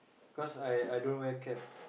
cause I I don't wear cap